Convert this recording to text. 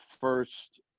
first